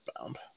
bound